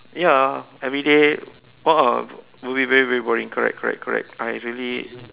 ya everyday a'ah will be very very boring correct correct uh it's really